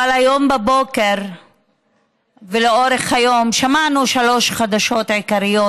אבל היום בבוקר ולאורך היום שמענו שלוש חדשות עיקריות.